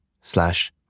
slash